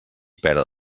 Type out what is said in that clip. perd